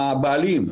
הבעלים.